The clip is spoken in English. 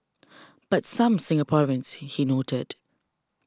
but some Singaporeans he noted